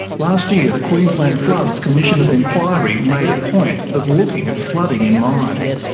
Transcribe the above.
last year, the queensland floods commission of inquiry made a point of looking at flooding in mines.